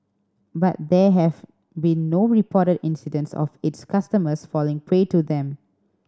but there have been no reported incidents of its customers falling prey to them